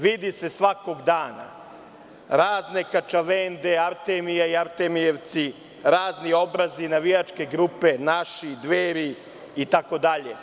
Vidi se svakog dana, razne Kačavende, Artemije i Artemijevci, razni „Obrazi“, navijačke grupe, „Naši“, „Dveri“ itd.